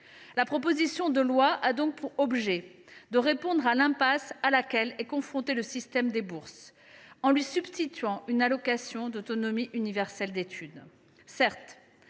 La proposition de loi a donc pour objet de répondre à l’impasse à laquelle est confronté le système des bourses, en lui substituant une allocation autonomie universelle d’études.